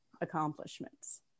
accomplishments